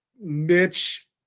Mitch